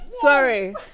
Sorry